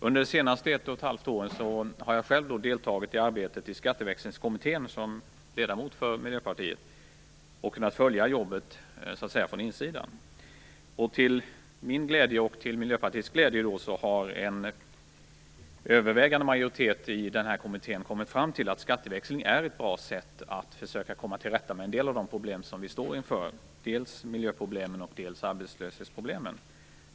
Under de senaste ett och ett halvt åren har jag själv deltagit i arbetet i Skatteväxlingskommittén som ledamot för Miljöpartiet och kunnat följa jobbet från insidan. Till min och Miljöpartiets glädje har en övervägande majoritet i kommittén kommit fram till att skatteväxling är ett bra sätt att försöka komma till rätta med en del av de problem som vi står inför. Det gäller dels miljöproblemen, dels arbetslöshetsproblemen.